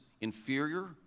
inferior